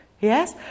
Yes